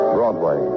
Broadway